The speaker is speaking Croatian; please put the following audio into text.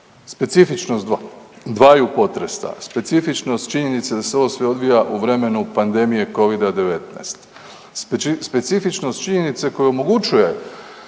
Specifičnost dvaju potresa, specifičnost činjenice da se sve ovo odvija u vremenu pandemije covida-19, specifičnost činjenice koju omogućuje